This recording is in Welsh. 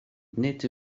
nid